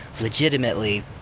legitimately